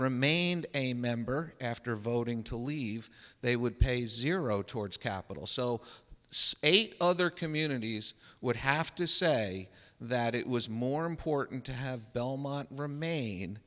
remained a member after voting to leave they would pay zero towards capital so spate other communities would have to say that it was more important to have belmont remain